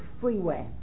freeway